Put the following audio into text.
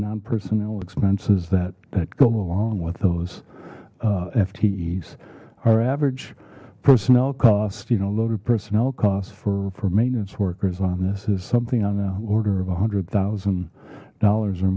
non personnel expenses that that go along with those ftes our average personnel cost you know load of personnel costs for for maintenance workers on this is something on the order of a hundred thousand dollars or